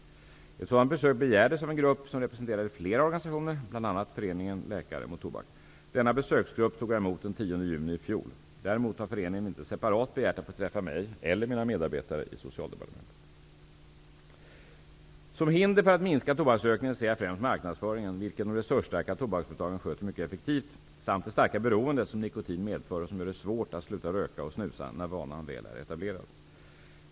Ett sådant besök begärdes av en grupp som representerade flera organisationer, bl.a. föreningen Läkare mot tobak. Denna besöksgrupp tog jag emot den 10 juni i fjol. Däremot har föreningen inte separat begärt att få träffa mig eller mina medarbetare i Som hinder för att minska tobaksrökningen ser jag främst marknadsföringen, vilken de resursstarka tobaksföretagen sköter mycket effektivt, samt det starka beroende som nikotin medför och som gör det svårt att sluta röka och snusa när vanan väl är etablerad.